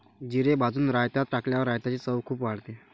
जिरे भाजून रायतात टाकल्यावर रायताची चव खूप वाढते